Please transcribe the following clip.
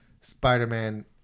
Spider-Man